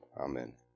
Amen